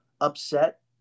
upset